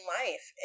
life